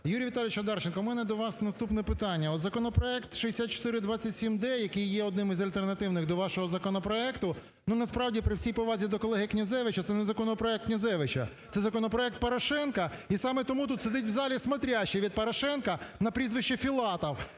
Юрій Віталійович Одарченко, у мене до вас наступне питання. Законопроект 6427-д, який є одним з альтернативних до вашого законопроекту, ну насправді, при всій повазі до колеги Князевича, це не законопроект Князевича, це законопроект Порошенка і саме тому тут сидить в залі спотрящий від Порошенка на прізвище Філатов.